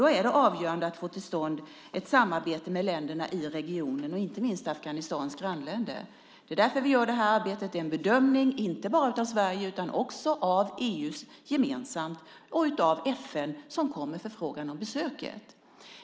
Då är det avgörande att få till stånd ett samarbete med länderna i regionen, inte minst Afghanistans grannländer. Det är därför vi gör det här arbetet. Det är en bedömning inte bara av Sverige utan också av EU gemensamt och av FN, som kom med förfrågan om besöket.